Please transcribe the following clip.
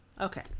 Okay